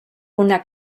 una